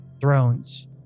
thrones